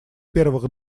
первых